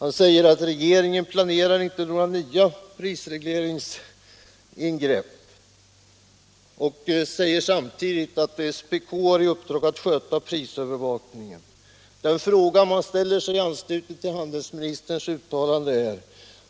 Han säger att regeringen inte planerar några nya prisregleringsingrepp. Han säger samtidigt att SPK har i uppgift att sköta prisövervakningen. Den fråga man ställer i anslutning till handelsministerns uttalande är: